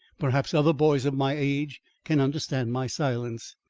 perhaps other boys of my age can understand my silence.